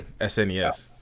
SNES